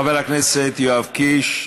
חבר הכנסת יואב קיש.